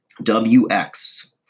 WX